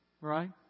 Right